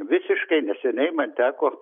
visiškai neseniai man teko